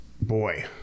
boy